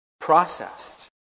Processed